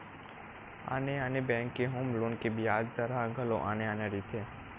आने आने बेंक के होम लोन के बियाज दर ह घलो आने आने रहिथे